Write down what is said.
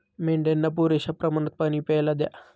मेंढ्यांना पुरेशा प्रमाणात पाणी प्यायला द्या